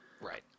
right